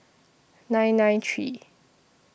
nine nine three